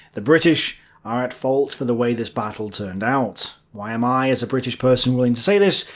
the british are at fault for the way this battle turned out. why am i, as a british person, willing to say this?